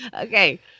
Okay